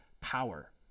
power